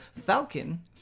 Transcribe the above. Falcon